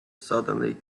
suddenly